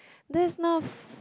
that's not f~